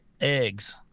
eggs